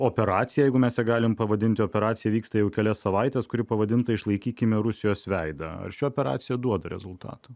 operacija jeigu mes ją galim pavadinti operacija vyksta jau kelias savaites kuri pavadinta išlaikykime rusijos veidą ar ši operacija duoda rezultatų